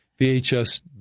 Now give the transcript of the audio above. VHS